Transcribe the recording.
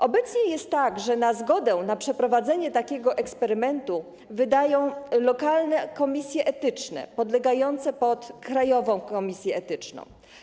Obecnie jest tak, że zgodę na przeprowadzenie takiego eksperymentu wydają lokalne komisje etyczne podlegające pod krajową komisję etyczną.